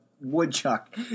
woodchuck